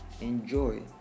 enjoy